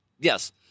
yes